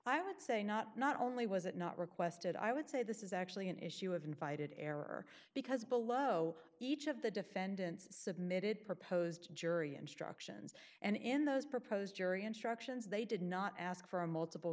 i would say not not only was it not requested i would say this is actually an issue of invited error because below each of the defendants submitted proposed jury instructions and in those proposed jury instructions they did not ask for a multiple